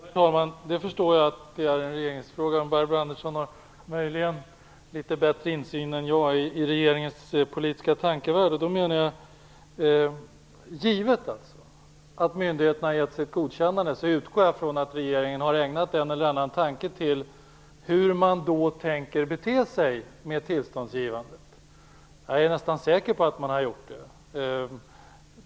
Herr talman! Jag förstår att det är en regeringsfråga. Barbro Andersson har möjligen litet bättre insyn än vad jag har i regeringens politiska tankevärld. För det fall att myndigheterna har ger sitt godkännande utgår jag ifrån att regeringen har ägnat en eller annan tanke på hur man då tänker bete sig med tillståndsgivandet. Jag är nästan säker på att man har gjort det.